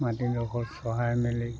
মাটিৰডোখত চহাই মেলি